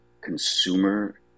consumer